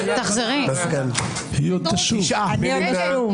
הצבעה לא אושרו.